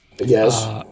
Yes